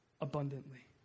abundantly